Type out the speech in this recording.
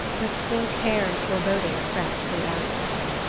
but still care and foreboding crept through asgard.